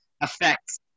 affects